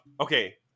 Okay